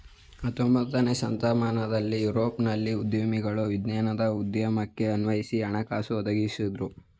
ಹತೊಂಬತ್ತನೇ ಶತಮಾನದಲ್ಲಿ ಯುರೋಪ್ನಲ್ಲಿ ಉದ್ಯಮಿಗಳ ವಿಜ್ಞಾನವನ್ನ ಉದ್ಯಮಕ್ಕೆ ಅನ್ವಯಿಸಲು ಹಣಕಾಸು ಒದಗಿಸಿದ್ದ್ರು